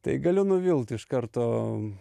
tai galiu nuvilt iš karto